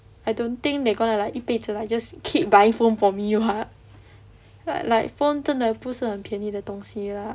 I don't think they going to like 一辈子 like just keep buying phone for me [what] like phone 真的不是很便宜的东西 lah